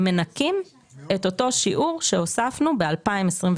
מנכים את אותו שיעור שהוספנו ב-2023,